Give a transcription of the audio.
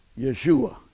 Yeshua